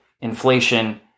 inflation